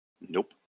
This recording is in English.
Nope